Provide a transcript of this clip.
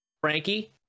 Frankie